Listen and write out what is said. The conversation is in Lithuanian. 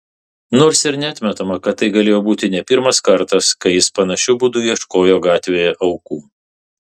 nors ir neatmetama kad tai galėjo būti ne pirmas kartas kai jis panašiu būdu ieškojo gatvėje aukų